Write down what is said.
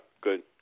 good